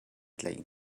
tlaih